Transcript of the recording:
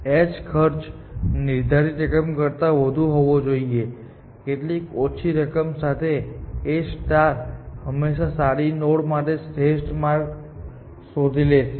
h ખર્ચ કેટલીક નિર્ધારિત રકમ કરતાં વધુ હોવો જોઈએ કેટલીક ઓછી રકમ સાથે A હંમેશાં સારી નોડ માટે શ્રેષ્ઠ માર્ગ શોધી લેશે